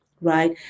Right